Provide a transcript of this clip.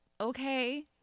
Okay